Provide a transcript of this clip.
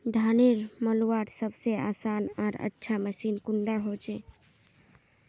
धानेर मलवार सबसे आसान आर अच्छा मशीन कुन डा होचए?